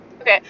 Okay